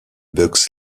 bugs